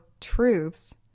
truths